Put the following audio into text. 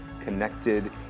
connected